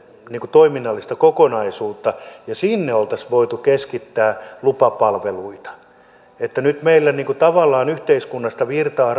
toiminnallista kokonaisuutta sinne oltaisiin voitu keskittää lupapalveluita nyt meillä tavallaan yhteiskunnasta virtaa